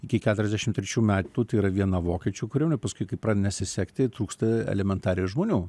iki keturiasdešim trečių metų tai yra viena vokiečių kariuomenė paskui kaip nesisekti trūksta elementariai žmonių